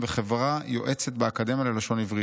וחברה יועצת באקדמיה ללשון עברית.